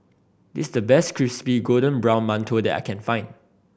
this the best crispy golden brown mantou that I can find